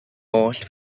oll